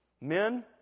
Men